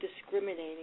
discriminating